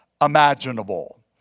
imaginable